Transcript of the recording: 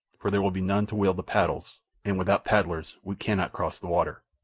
for there will be none to wield the paddles, and without paddlers we cannot cross the water.